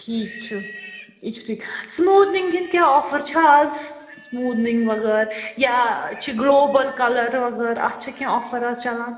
ٹھیٖک چھُ یہِ چھُ ٹھیٖک سُموٗدِنٛگ ہٕنٛدۍ کیٛاہ آفَر چھا اَز سُموٗدِنٛگ وغٲرٕ یا چھِ گُلوبَل کَلَر وغٲرٕ اَتھ چھا کیٚنٛہہ آفَر اَز چلان